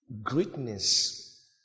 Greatness